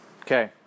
Okay